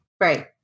right